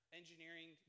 engineering